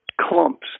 clumps